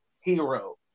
hero